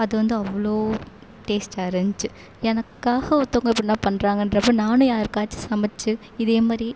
அது வந்து அவ்வளோ டேஸ்ட்டாக இருந்துச்சு எனக்காக ஒருத்தவங்க இப்படிலாம் பண்ணுறாங்கன்றப்ப நானும் யாருக்காச்சும் சமைச்சு இதே மாதிரி